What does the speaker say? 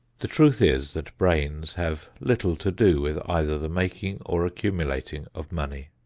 the truth is that brains have little to do with either the making or accumulating of money.